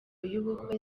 y’ubukwe